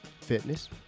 Fitness